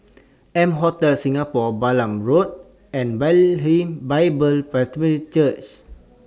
M Hotel Singapore Balam Road and Bethlehem Bible Presbyterian Church